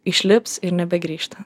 išlips ir nebegrįš ten